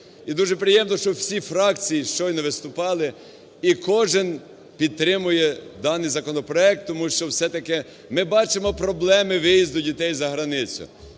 І дуже приємно, що всі фракції щойно виступали і кожен підтримує даний законопроект тому що все-таки ми бачимо проблеми виїзду дітей за границю.